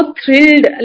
thrilled